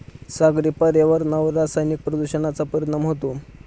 सागरी पर्यावरणावर रासायनिक प्रदूषणाचा परिणाम होतो